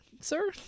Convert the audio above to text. sir